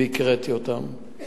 והקראתי אותן.